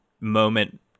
moment